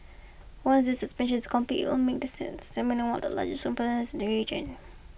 once this expansion is complete make the Sines terminal one of the largest region